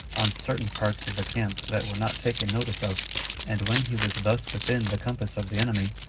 on certain parts of the camp that were not taken notice of and when he was thus within the compass of the enemy,